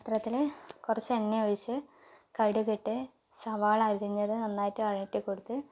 പാത്രത്തില് കുറച്ച് എണ്ണ ഒഴിച്ച് കടുകിട്ട് സവാള അരിഞ്ഞത് നന്നായിട്ട് വഴറ്റിക്കൊടുത്ത്